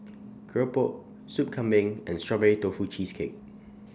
Keropok Soup Kambing and Strawberry Tofu Cheesecake